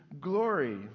glory